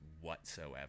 whatsoever